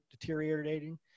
deteriorating